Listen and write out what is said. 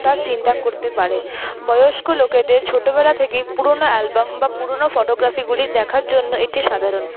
তা চিন্তা করতে পারে বয়স্ক লোকেদের ছোটবেলা থেকেই পুরনো অ্যালবাম বা পুরনো ফটোগ্রাফিগুলি দেখার জন্য এটি সাধারণ